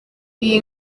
iyi